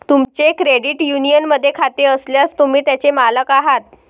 तुमचे क्रेडिट युनियनमध्ये खाते असल्यास, तुम्ही त्याचे मालक आहात